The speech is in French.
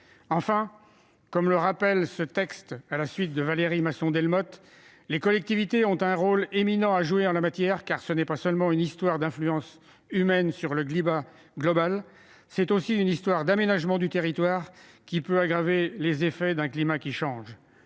Enfin, comme le rappelle ce texte à la suite de Valérie Masson-Delmotte, les collectivités locales ont un rôle éminent à jouer en la matière, car il ne s'agit pas seulement d'une histoire d'influence humaine sur le climat global. C'est aussi une histoire d'aménagement du territoire, qui peut aggraver les effets d'un climat qui change.